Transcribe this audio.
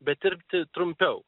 bet dirbti trumpiau